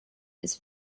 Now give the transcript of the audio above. his